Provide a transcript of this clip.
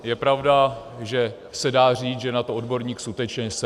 Je pravda, že se dá říct, že na to odborník skutečně jsem.